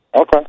Okay